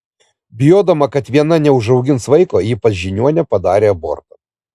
bijodama kad viena neužaugins vaiko ji pas žiniuonę padarė abortą